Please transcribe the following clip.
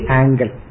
angle